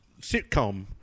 sitcom